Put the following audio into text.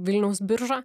vilniaus biržą